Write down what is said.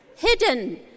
hidden